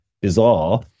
bizarre